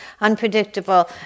unpredictable